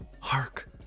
Hark